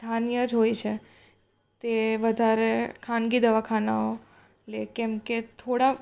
સ્થાનિય જ હોય છે તે વધારે ખાનગી દવાખાનાઓ લે કેમકે થોડા